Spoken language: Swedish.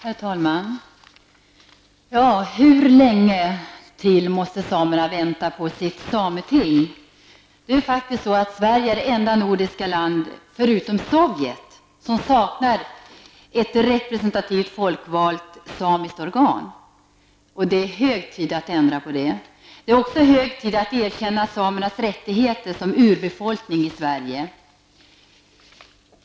Herr talman! Hur länge till måste samerna vänta på sitt sameting? Sverige är faktiskt det enda nordiska land, förutom Sovjet, som saknar ett representativt folkvalt samiskt organ. Det är hög tid att ändra på det. Det är också hög tid att erkänna samernas rättigheter som urbefolkning i Sverige.